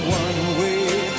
one-way